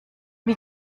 wie